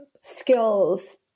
skills